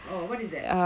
oh what is that